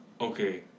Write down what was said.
Okay